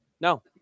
no